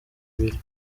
ibiri